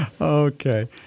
Okay